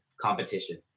competition